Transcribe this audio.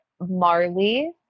marley